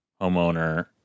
homeowner